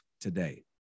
today